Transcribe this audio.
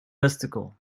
mystical